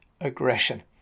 aggression